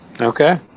Okay